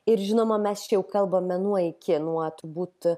ir žinoma mes čia jau kalbame nuo iki nuo turbūt